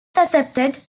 accepted